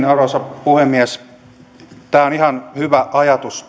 arvoisa puhemies tämmöinen osaamisprofiili on ihan hyvä ajatus